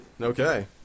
Okay